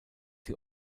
sie